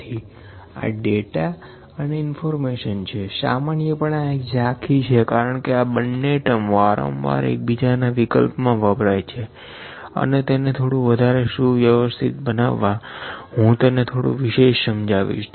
તેથી આં ડેટા અને ઇન્ફોર્મેશન છે સામાન્યપણે આં એક ઝાંખી છે કારણકે આ બંને ટર્મ વારંવાર એકબીજાના વિકલ્પ મા વપરાય છે અને તેને થોડું વધારે સુવ્યવસ્થિત બનાવવા હું તેને થોડું વિશેષ સમજાવીશ